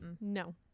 no